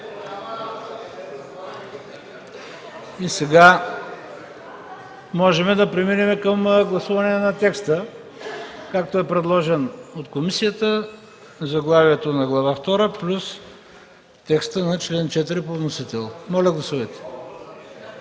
Сега можем да преминем към гласуваме на текста, както е предложен от комисията – заглавието на Глава втора плюс текста на чл. 4 по вносител. За тези,